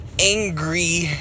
angry